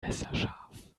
messerscharf